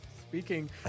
Speaking